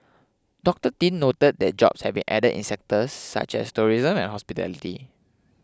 Doctor Tin noted that jobs had been added in sectors such as tourism and hospitality